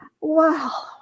Wow